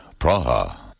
Praha